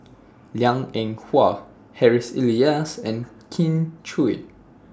Liang Eng Hwa Harry's Elias and Kin Chui